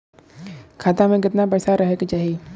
खाता में कितना पैसा रहे के चाही?